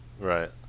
right